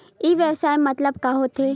ई व्यवसाय मतलब का होथे?